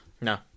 No